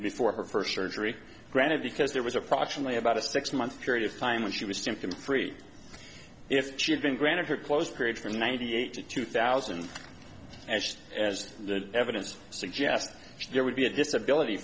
before her first surgery granted because there was approximately about a six month period of time when she was symptom free if she had been granted her closed period from ninety eight to two thousand as just as the evidence suggests there would be a disability